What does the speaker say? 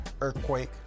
Earthquake